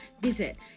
Visit